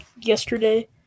yesterday